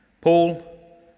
Paul